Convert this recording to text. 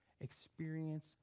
experience